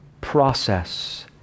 process